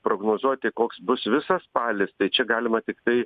prognozuoti koks bus visas spalis tai čia galima tiktai